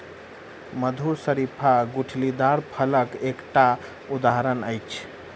मधुर शरीफा गुठलीदार फलक एकटा उदहारण अछि